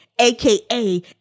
aka